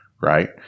Right